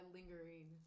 Lingering